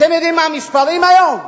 אתם יודעים מה המספרים היום?